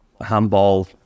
handball